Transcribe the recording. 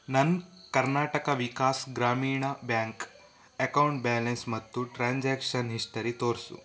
ನನ್ನ Karnataka Vikas Grameena bank account balance ಮತ್ತು transaction history ತೋರಿಸು